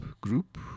group